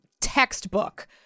textbook